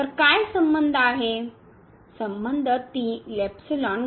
तर काय संबंध आहे